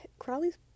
Crowley's